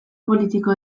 politiko